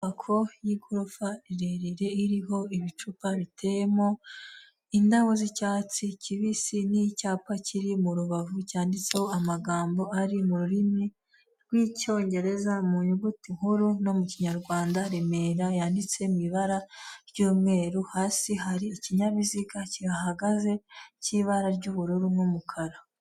Inyubako y'igorofa rirerire iriho ibicupa biteyemo, indabo z'icyatsi kibisi n'icyapa kiri mu rubavu cyanditseho amagambo ari mu rurimi, rw'Icyongereza mu nyuguti nkuru no mu Kinyarwanda, Remera yanditse mu ibara ry'umweru hasi hari ikinyabiziga kihahagaze cy'ibara ry'ubururu n'umukara.